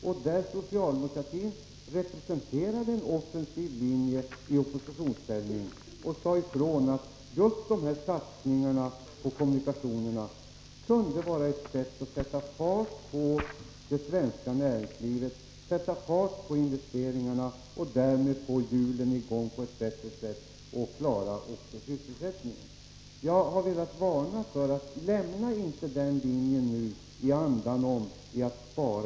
I oppositionsställning representerade socialdemokratin en offensiv linje och sade ifrån att just sådana satsningar på kommunikationerna kunde vara ett sätt att sätta fart på det svenska näringslivet — sätta fart på investeringarna och därmed få hjulen i gång på ett bättre sätt och även klara sysselsättningen. Lämna inte den linjen nu i andan av att vilja spara!